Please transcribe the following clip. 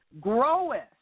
groweth